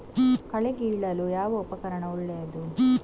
ಕಳೆ ಕೀಳಲು ಯಾವ ಉಪಕರಣ ಒಳ್ಳೆಯದು?